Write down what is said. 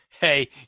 hey